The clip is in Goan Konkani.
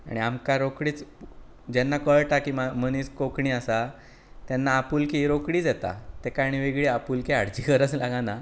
आनी आमकां रोखडीच जेन्ना कळटा की म मनीस कोंकणी आसा तेन्ना आपुलकी ही रोखडीच येता तेका आनी वेगळीं आपुलकी हाडपाची गरज लागना